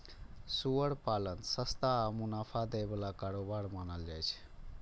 सुअर पालन सस्ता आ मुनाफा दै बला कारोबार मानल जाइ छै